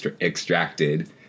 extracted